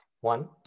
One